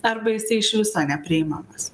arba jisai iš viso nepriimamas